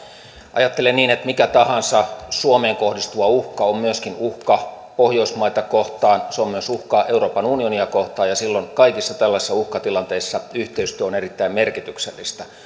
ajattelen niin että mikä tahansa suomeen kohdistuva uhka on myöskin uhka pohjoismaita kohtaan se on myös uhka euroopan unionia kohtaan ja kaikissa tällaisissa uhkatilanteissa yhteistyö on erittäin merkityksellistä